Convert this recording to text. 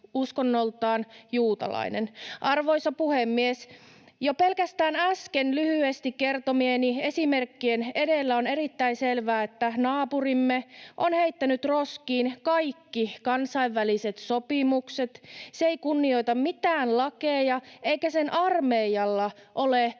uskonnoltaan juutalainen. Arvoisa puhemies! Jo pelkästään äsken lyhyesti kertomieni esimerkkien edellä on erittäin selvää, että naapurimme on heittänyt roskiin kaikki kansainväliset sopimukset, se ei kunnioita mitään lakeja, eikä sen armeijalla ole